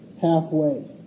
halfway